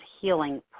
healing